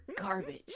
garbage